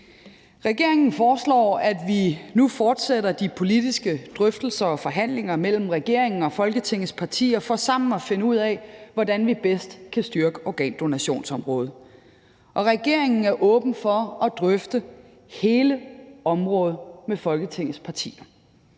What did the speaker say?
Regeringen foreslår, at vi nu fortsætter de politiske drøftelser og forhandlinger mellem regeringen og Folketingets partier for sammen at finde ud af, hvordan vi bedst kan styrke organdonationsområdet. Regeringen er åben for at drøfte hele området med Folketingets partier.